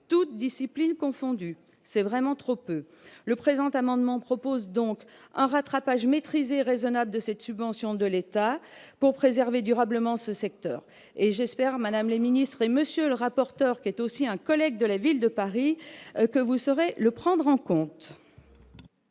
toutes disciplines confondues. C'est vraiment trop peu ! Le présent amendement vise donc à proposer un rattrapage maîtrisé et raisonnable de la subvention de l'État pour préserver durablement ce secteur. J'espère, madame la ministre, monsieur le rapporteur spécial- cher collègue de la Ville de Paris -, que vous saurez le prendre en compte.